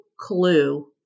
clue